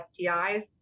STIs